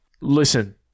Listen